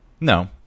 No